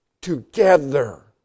together